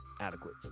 Adequate